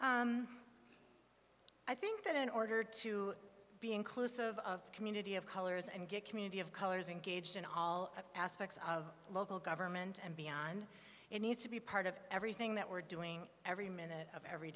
amy i think that in order to be inclusive of community of colors and good community of colors engaged in all aspects of local government and beyond it needs to be part of everything that we're doing every minute of every